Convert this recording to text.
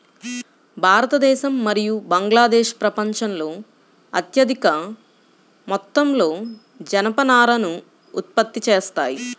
భారతదేశం మరియు బంగ్లాదేశ్ ప్రపంచంలో అత్యధిక మొత్తంలో జనపనారను ఉత్పత్తి చేస్తాయి